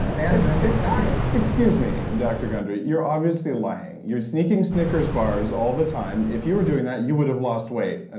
adventive diet excuse me doctor gundry, you're obviously lying. you're sneaking snickers bars all the time. if you were doing that, you would have lost weight. ah